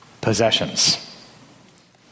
possessions